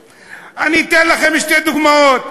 אני אתן לכם שתי דוגמאות.